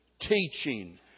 teaching